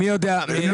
יש